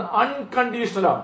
unconditional